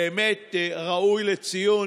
באמת ראוי לציון.